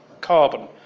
carbon